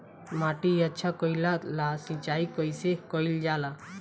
माटी अच्छा कइला ला सिंचाई कइसे कइल जाला?